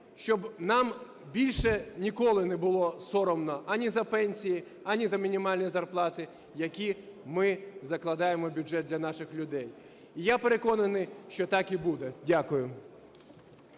щоб нам більше ніколи не було соромно ані за пенсії, ані за мінімальні зарплати, які ми закладаємо в бюджет для наших людей. І я переконаний, що так і буде. Дякую.